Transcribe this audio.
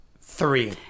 three